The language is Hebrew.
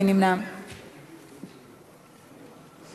מי